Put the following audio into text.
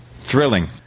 Thrilling